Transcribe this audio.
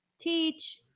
teach